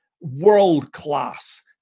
world-class